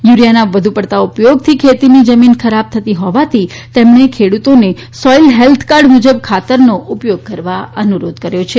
યુરીયાના વધુ પડતા ઉપયોગ થી ખેતીની જમીન ખરાબ થતી હોવાથી તેમણે ખેડુતોને સોઇલ હેલ્થ કાર્ડ મુજબ ખાતરનો ઉપયોગ કરવા અનુરોધ કર્યો છે